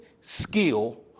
skill